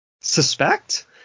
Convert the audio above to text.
suspect